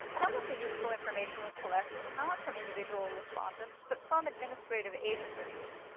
some of the useful information we collect is not from individual respondents but from administrative agencies.